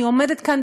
אני עומדת כאן,